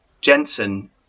Jensen